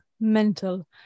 mental